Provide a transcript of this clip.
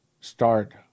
start